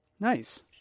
Nice